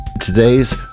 Today's